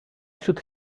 should